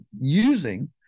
using